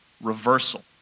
Reversal